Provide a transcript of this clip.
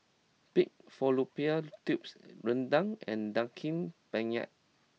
Pig Fallopian Tubes Rendang and Daging Penyet